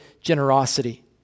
generosity